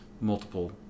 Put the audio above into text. multiple